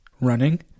running